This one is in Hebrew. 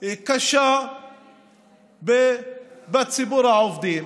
הקשה בציבור העובדים.